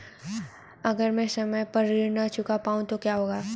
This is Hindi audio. अगर म ैं समय पर ऋण न चुका पाउँ तो क्या होगा?